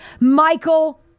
Michael